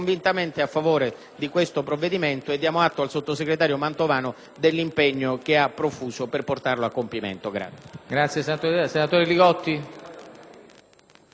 di questo provvedimento e diamo atto al sottosegretario Mantovano dell'impegno profuso per portarlo a compimento.